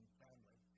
family